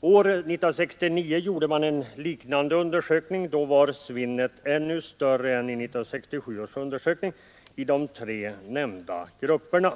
År 1969 gjordes en liknande undersökning; då var svinnet ännu större än vid 1967 års undersökning i de tre nämnda grupperna.